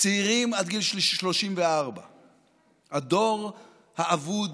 צעירים עד גיל 34. הדור האבוד